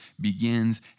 begins